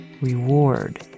reward